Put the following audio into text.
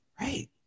right